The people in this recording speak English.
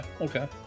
okay